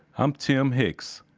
i'm tim hicks,